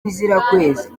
bizirakwezi